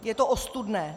Je to ostudné!